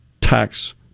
tax